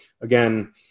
again